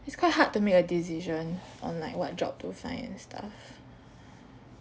it's quite hard to make a decision on like what job to find and stuff